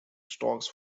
stocks